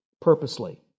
purposely